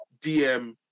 DM